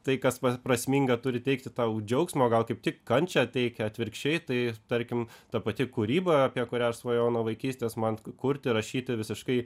tai kas prasminga turi teikti tau džiaugsmo gal kaip tik kančią teikia atvirkščiai tai tarkim ta pati kūryba apie kurią aš svajojau nuo vaikystės man kurti rašyti visiškai